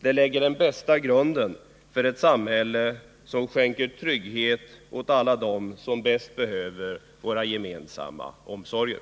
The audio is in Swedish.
De lägger den bästa grunden för ett samhälle som skänker trygghet åt alla dem som bäst behöver våra gemensamma omsorger.